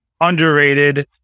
underrated